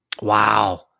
Wow